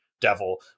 Devil